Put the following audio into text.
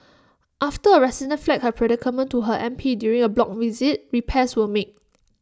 after A resident flagged her predicament to her M P during A block visit repairs were made